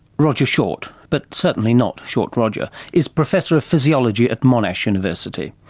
roger short, but certainly not short roger, is professor of physiology at monash university.